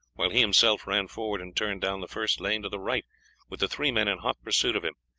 while he himself ran forward and turned down the first lane to the right with the three men in hot pursuit of him.